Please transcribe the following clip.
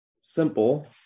simple